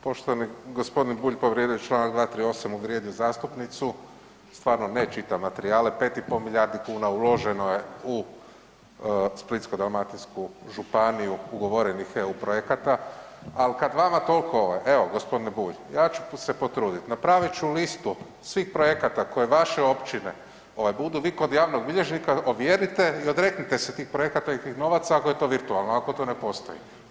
Poštovani gospodin Bulj povrijedio je Članak 238., uvrijedio zastupnicu, stvarno ne čita materijale, 5,5 milijardi kuna uloženo je u Splitsko-dalmatinsku županiju ugovorenih EU projekata, al kad vama tolko ovaj evo gospodine Bulj ja ću se potruditi napravit ću listu svih projekata koje vaše općine ovaj budu, vi kod javnog bilježnika ovjerite i odreknite se tih projekata i novaca ako je to virtualno, ako to ne postoji.